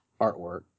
artwork